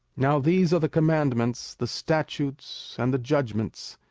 now these are the commandments, the statutes, and the judgments,